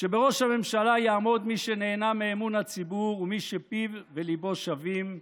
שבראש הממשלה יעמוד מי שנהנה מאמון הציבור ומי שפיו וליבו שווים,